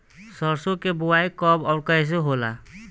सरसो के बोआई कब और कैसे होला?